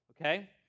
okay